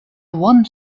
one